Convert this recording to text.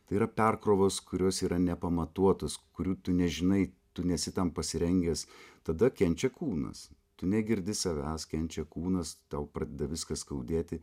tai yra perkrovos kurios yra nepamatuotos kurių tu nežinai tu nesi tam pasirengęs tada kenčia kūnas tu negirdi savęs kenčia kūnas tau pradeda viską skaudėti